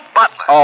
butler